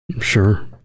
Sure